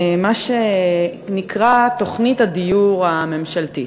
מה שנקרא תוכנית הדיור הממשלתית.